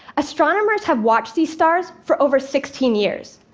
astronomers have watched these stars for over sixteen years.